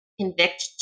convict